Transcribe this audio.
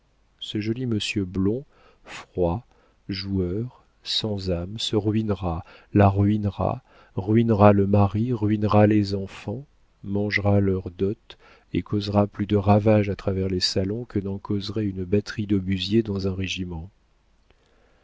ce joli monsieur blond froid joueur sans âme se ruinera la ruinera ruinera le mari ruinera les enfants mangera leurs dots et causera plus de ravages à travers les salons que n'en causerait une batterie d'obusiers dans un régiment